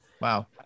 wow